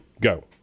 go